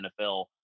NFL